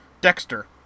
Dexter